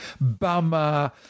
Bummer